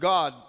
God